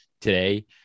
today